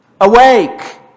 Awake